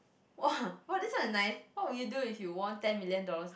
!wah! !wah! this one is nice what will do you if you won ten million dollars